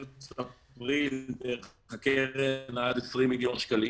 --- מרץ-אפריל דרך הקרן עד 20 מיליון שקלים